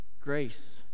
Grace